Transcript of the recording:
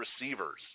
receivers